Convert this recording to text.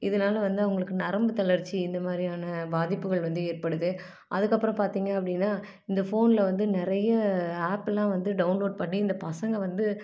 இதனால் வந்து அவங்களுக்கு நரம்பு தளர்ச்சி இந்த மாதிரியான பாதிப்புகள் வந்து ஏற்படுது அதுக்கு அப்புறம் பார்த்தீங்க அப்படினா இந்த ஃபோனில் வந்து நிறைய ஆப் எல்லாம் வந்து டவுன்லோட் பண்ணி இந்த பசங்க வந்து